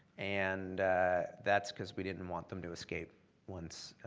and that's because we didn't want them to escape once